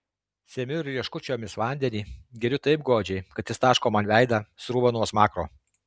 semiu rieškučiomis vandenį geriu taip godžiai kad jis taško man veidą srūva nuo smakro